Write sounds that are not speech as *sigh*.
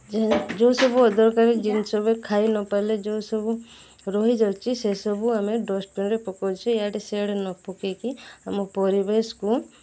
*unintelligible* ଯେଉଁ ସବୁ ଅଦରକାରୀ ଜିନିଷ ବି ଖାଇନପାରିଲେ ଯେଉଁ ସବୁ ରହିଯାଉଛି ସେସବୁ ଆମେ ଡଷ୍ଟ୍ବିନ୍ରେ ପକାଉଛୁ ଇଆଡ଼େ ସେଆଡ଼େ ନ ପକାଇକି ଆମ ପରିବେଶକୁ